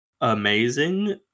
amazing